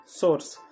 source